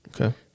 okay